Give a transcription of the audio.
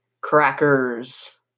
crackers